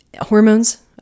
Hormones